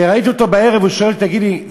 כשראיתי אותו בערב הוא שואל אותי: תגיד לי,